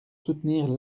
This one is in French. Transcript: soutenir